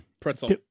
Pretzel